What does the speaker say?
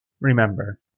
remember